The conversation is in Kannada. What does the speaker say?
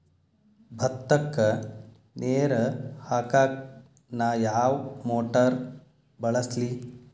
ಭತ್ತಕ್ಕ ನೇರ ಹಾಕಾಕ್ ನಾ ಯಾವ್ ಮೋಟರ್ ಬಳಸ್ಲಿ?